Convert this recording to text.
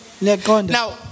Now